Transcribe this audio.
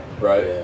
Right